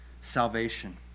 salvation